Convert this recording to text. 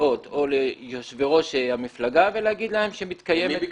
הסיעות או ליושבי ראש המפלגה ולהגיד להם שמתקיימת --- ממי ביקשת?